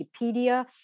Wikipedia